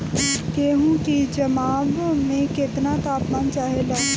गेहू की जमाव में केतना तापमान चाहेला?